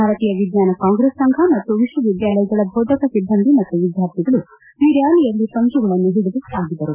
ಭಾರತೀಯ ವಿಜ್ಞಾನ ಕಾಂಗ್ರೆಸ್ ಸಂಫ ಮತ್ತು ವಿಶ್ವವಿದ್ಯಾಲಯಗಳ ಬೋಧಕ ಸಿಬ್ಬಂದಿ ಮತ್ತು ವಿದ್ಯಾರ್ಥಿಗಳು ಈ ರ್ಯಾಲಿಯಲ್ಲಿ ಪಂಜುಗಳನ್ನು ಹಿಡಿದು ಸಾಗಿದರು